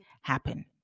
happen